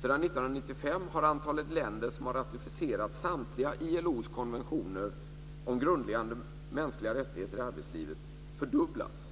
Sedan 1995 har antalet länder som har ratificerat samtliga ILO:s konventioner om grundläggande mänskliga rättigheter i arbetslivet fördubblats.